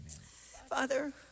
Father